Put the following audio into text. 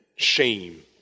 shame